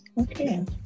Okay